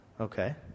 Okay